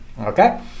okay